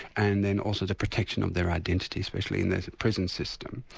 and then also the protection of their identity, especially in the prison system.